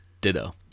Ditto